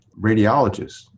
radiologists